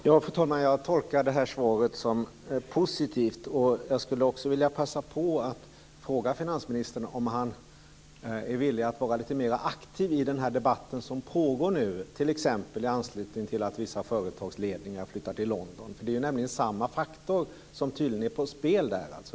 Fru talman! Jag tolkar det här svaret som positivt, och jag skulle också vilja passa på att fråga finansministern om han är villig att vara lite mera aktiv i den debatt som nu pågår t.ex. i anslutning till att vissa företagsledningar flyttar till London. Det är nämligen samma faktor som tydligen är på spel där.